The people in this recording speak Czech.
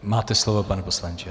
Máte slovo, pane poslanče.